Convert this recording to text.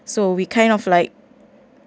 so we kind of like